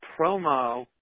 promo